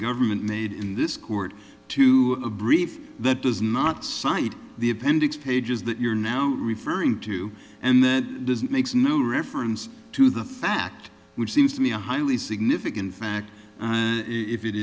government made in this court to a brief that does not cite the appendix pages that you're now referring to and that does it makes no reference to the fact which seems to me a highly significant fact if it